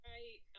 Right